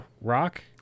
rock